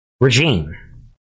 regime